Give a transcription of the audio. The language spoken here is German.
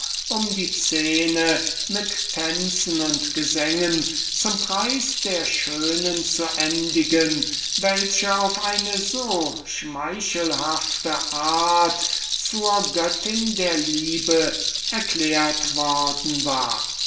endigten diese szene mit tänzen und gesängen zum preis derjenigen welche auf eine so schmeichelhafte art zur göttin der schönheit und der liebe erklärt worden war